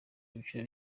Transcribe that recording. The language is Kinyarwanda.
ibiciro